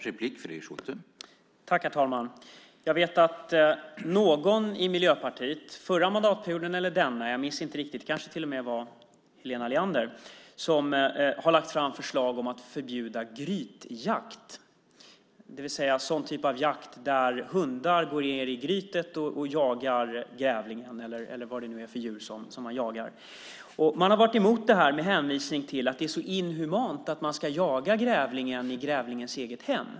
Herr talman! Jag vet att någon i Miljöpartiet förra mandatperioden eller denna, jag minns inte riktigt - det kanske till och med var Helena Leander - lade fram förslag om att förbjuda grytjakt, det vill säga sådan typ av jakt där hundar går ned i grytet och jagar grävlingen eller vad det nu är för djur som man jagar. Man har varit emot det här med hänvisning till att det är så inhumant att jaga grävlingen i grävlingens eget hem.